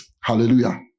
Hallelujah